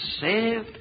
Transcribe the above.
saved